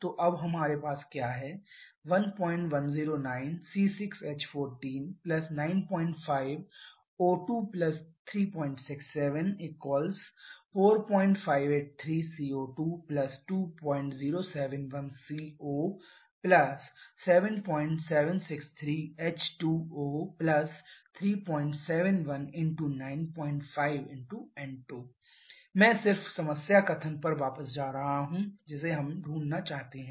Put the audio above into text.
तो अब हमारे पास क्या है 1109C6H14 95 O2367 4583 CO2 2071 CO 7763 H2O 371 × 95 N2 मैं सिर्फ समस्या कथन पर वापस जा रहा हूं जिसे हम ढूंढना चाहते हैं